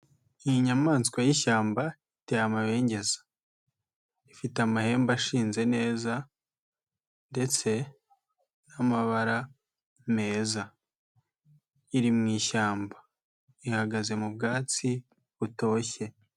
Iyi nyayamaswa y'ishyamba iteye amabengeza. Afite amahembe ashinze neza ndetse n'amabara meza. Iri mu ishyamba. Ihagaze mu bwatsi butoshye.